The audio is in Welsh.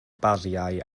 bariau